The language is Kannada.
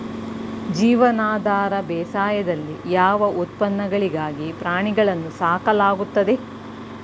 ಜೀವನಾಧಾರ ಬೇಸಾಯದಲ್ಲಿ ಯಾವ ಉತ್ಪನ್ನಗಳಿಗಾಗಿ ಪ್ರಾಣಿಗಳನ್ನು ಸಾಕಲಾಗುತ್ತದೆ?